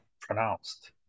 pronounced